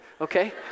okay